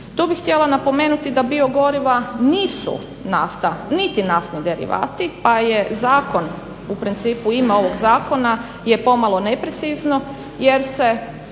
Tu bih htjela napomenuti da biogoriva nisu nafta niti naftni derivati pa je zakon u principu, ime ovog zakona je pomalo neprecizno jer se